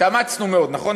התאמצנו מאוד, נכון?